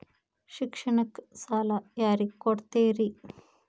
ಶಿಕ್ಷಣಕ್ಕ ಸಾಲ ಯಾರಿಗೆ ಕೊಡ್ತೇರಿ?